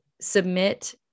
submit